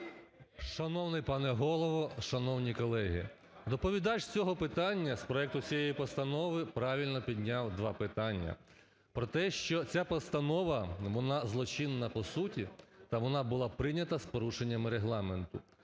Шановний пане Голово! Шановні колеги! Доповідач з цього питання, з проекту цієї постанови, правильно підняв два питання про те, що ця постанова, вона злочинна по суті та вона була прийнята з порушенням Регламенту.